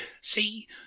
See